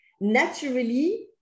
naturally